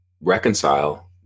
reconcile